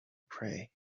pray